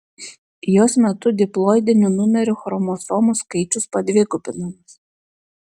jos metu diploidinių numerių chromosomų skaičius padvigubinamas